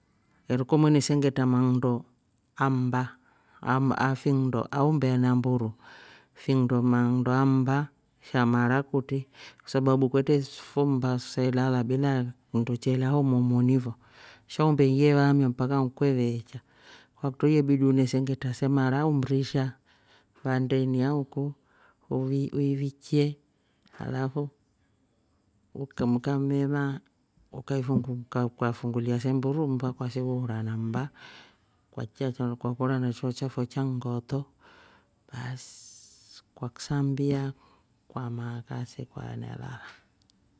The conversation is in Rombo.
Keriko mwene sengetra manndro aammba afindo- aumbe na mburu findo manndo ammba sha mara kutri kwasababu kwetre fo mmba selala bila nndo chela oh moomuni fo, shaumbe ya haamia mpaka kweveecha kwakutro yebidi unesengetra se mara au mrisha vandeni au ku we- wevichye alafu mkammemaa ukaifungulia se mburu mmba kwasihuura na mmba kwachiya chao kwakora na cho chafo cha ng'oto baasi kwaksambia kwamaa kasi kwaenelala.